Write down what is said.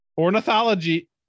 Ornithology